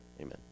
amen